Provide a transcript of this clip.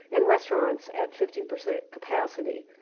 and restaurants at fifteen percent capacity.